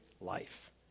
life